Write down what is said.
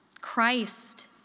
Christ